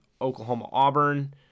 Oklahoma-Auburn